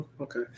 okay